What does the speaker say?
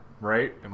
Right